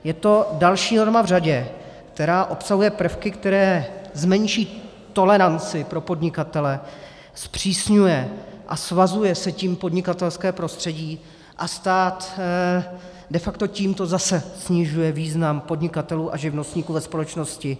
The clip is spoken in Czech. Je to další norma v řadě, která obsahuje prvky, které zmenší toleranci pro podnikatele, zpřísňuje a svazuje se tím podnikatelské prostředí a stát tímto de facto zase snižuje význam podnikatelů a živnostníků ve společnosti.